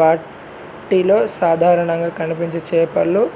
వాటిలో సాధారణంగా కనిపించే చేపలు